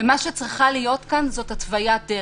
ומה שצריכה להיות כאן זאת התוויית דרך.